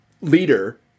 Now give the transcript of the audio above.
leader